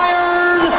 Iron